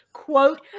Quote